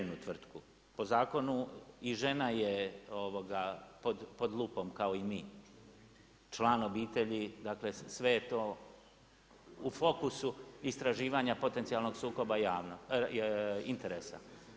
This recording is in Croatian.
Ženinu tvrtku, po zakonu je i žena je pod lupom kao i mi, član obitelji dakle sve je to u fokusu istraživanja potencijalnog sukoba interesa.